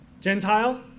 Gentile